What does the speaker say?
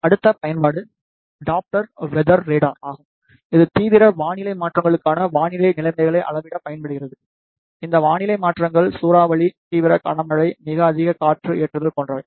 அடுத்த பயன்பாடு Doppler weather radar ஆகும் இது தீவிர வானிலை மாற்றங்களுக்கான வானிலை நிலைமைகளை அளவிட பயன்படுகிறது இந்த வானிலை மாற்றங்கள் சூறாவளி தீவிர கனமழை மிக அதிக காற்று ஏற்றுதல் போன்றவை